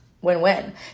win-win